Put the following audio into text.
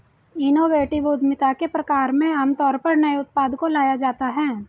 innovative उद्यमिता के प्रकार में आमतौर पर नए उत्पाद को लाया जाता है